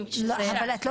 למה על זה את לא